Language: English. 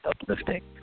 uplifting